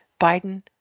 Biden